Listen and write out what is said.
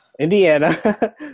Indiana